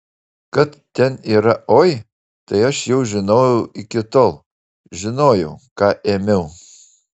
kad ten yra oi tai aš jau žinojau iki tol žinojau ką ėmiau